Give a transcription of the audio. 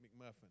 McMuffin